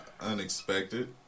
unexpected